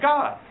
God